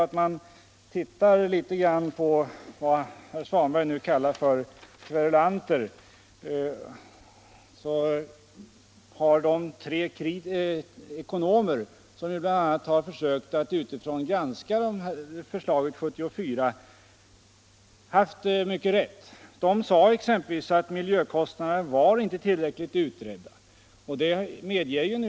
Om man tittar litet på vad de sagt som herr Svanberg kallar kverulanter kan man exempelvis finna att de tre ekonomer som självständigt försökte att granska stålverksförslaget 1974 haft mycket rätt. De sade för det första att miljökostnaderna inte var tillräckligt utredda.